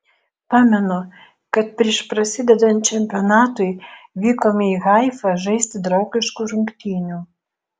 pamenu kad prieš prasidedant čempionatui vykome į haifą žaisti draugiškų rungtynių